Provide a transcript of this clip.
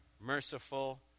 merciful